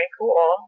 cool